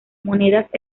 monedas